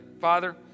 Father